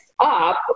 up